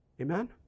Amen